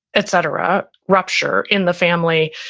et cetera, rupture in the family.